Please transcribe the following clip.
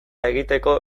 egiteko